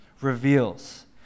reveals